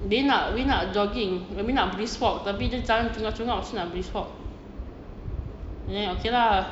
dia nak dia nak jogging umi nak brisk walk tapi dia jalan tercungap-cungap macam mana nak brisk walk then okay lah